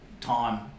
time